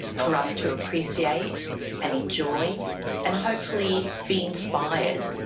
for us to appreciate and enjoy and hopefully be inspired,